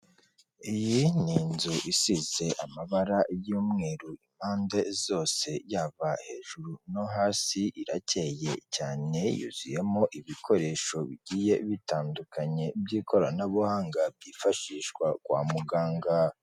Iyi ni inzu isize amabara y'umweru impande zose yaba hejuru no hasi iracyeye cyane, yuzuyemo ibikoresho bigiye bitandukanye by'ikoranabuhanga byifashishwa kwa muganga.